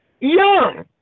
Young